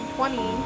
Twenty